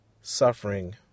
suffering